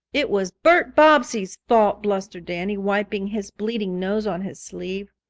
it was bert bobbsey's fault, blustered danny, wiping his bleeding nose on his sleeve.